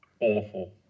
awful